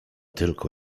tylko